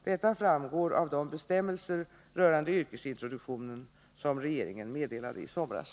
Detta framgår av de bestämmelser rörande yrkesintroduktionen som regeringen meddelade i somras.